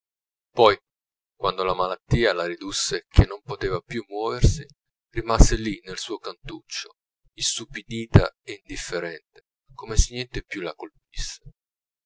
poi quando la malattia la ridusse che non poteva più muoversi rimase lì nel suo cantuccio istupidita e indifferente come se niente più la